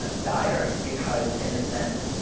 ah dire because, in a sense,